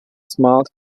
smart